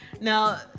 Now